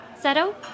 Seto